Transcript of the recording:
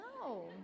No